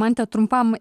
mante trumpam